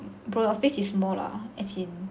bro your face is more lah as in